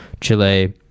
Chile